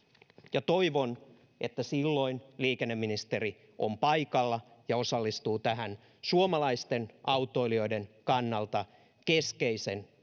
ja toivon että silloin liikenneministeri on paikalla ja osallistuu tähän suomalaisten autoilijoiden kannalta keskeisen